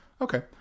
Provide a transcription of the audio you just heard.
Okay